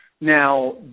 Now